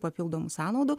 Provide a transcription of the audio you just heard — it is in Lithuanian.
papildomų sąnaudų